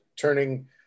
turning